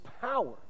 power